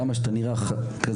כמה שאתה נראה כזה